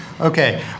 Okay